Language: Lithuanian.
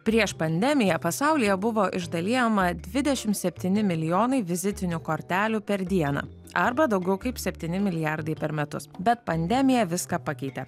prieš pandemiją pasaulyje buvo išdalijama dvidešimt septyni milijonai vizitinių kortelių per dieną arba daugiau kaip septyni milijardai per metus bet pandemija viską pakeitė